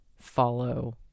follow